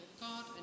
God